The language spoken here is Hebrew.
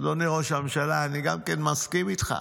אדוני ראש הממשלה, אני גם מסכים איתך.